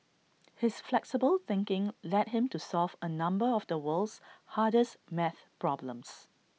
his flexible thinking led him to solve A number of the world's hardest maths problems